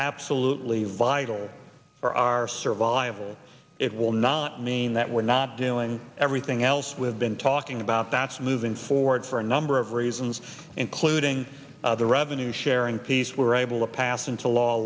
absolutely vital for our survival it will not mean we're not doing everything else we have been talking about that's moving forward for a number of reasons including the revenue sharing piece we were able to pass into law